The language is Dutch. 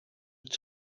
het